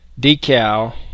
decal